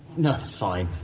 no, it's fine.